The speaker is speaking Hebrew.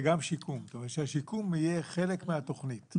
וגם שהשיקום יהיה חלק מהתכנית.